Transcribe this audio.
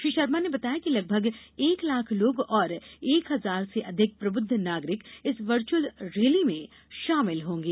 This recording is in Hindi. श्री शर्मा ने बताया कि लगभग एक लाख लोग और एक हजार से अधिक प्रब्द्ध नागरिक इस वर्चअल रैली में शामिल होंगे